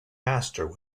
master